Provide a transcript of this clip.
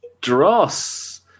Dross